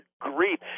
grief